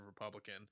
Republican